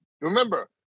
Remember